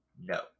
No